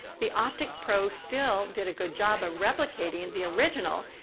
the opticpro still did a good job of replicating the original,